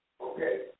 Okay